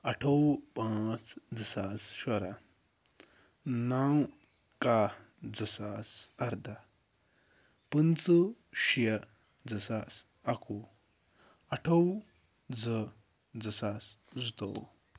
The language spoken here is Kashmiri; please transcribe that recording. اَٹھووُہ پانٛژھ زٕ ساس شُراہ نَو کاہ زٕ ساس اَرداہ پٕنٛژٕ شےٚ زٕ ساس اَکوُہ اَٹھووُہ زٕ زٕ ساس زٕتوٚوُہ